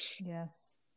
yes